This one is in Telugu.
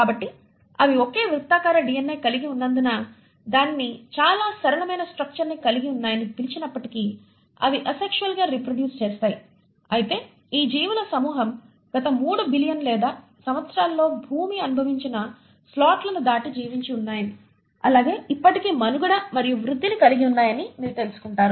కాబట్టి అవి ఒకే వృత్తాకార DNA కలిగి ఉన్నందున దానిని చాలా సరళమైన స్ట్రక్చర్ని కలిగి ఉన్నాయని పిలిచినప్పటికీ అవి అసెక్షువల్ గా రిప్రొడ్యూస్ చేస్తాయి అయితే ఈ జీవుల సమూహం గత 3 బిలియన్ లేదా సంవత్సరాలలో భూమి అనుభవించిన స్లాట్లను దాటి జీవించి ఉన్నాయని అలాగే ఇప్పటికీ మనుగడ మరియు వృద్ధిని కలిగి ఉన్నాయని మీరు తెలుసుకుంటారు